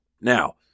Now